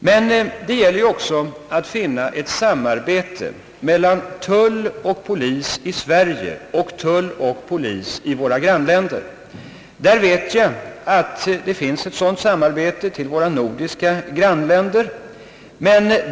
Men det gäller också att få till stånd ett samarbete mellan tull och polis i Sverige samt tull och polis i våra grannländer, Jag vet att det finns ett sådant samarbete med våra nordiska grannländer.